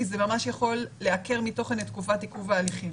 כי זה ממש יכול לעקר מתוכן את תקופת עיכוב ההליכים.